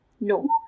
No